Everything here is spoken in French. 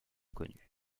connue